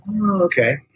Okay